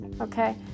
Okay